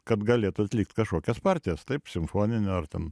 kad galėtų atlikt kažkokias partijas taip simfoninio ar ten